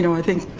and i think,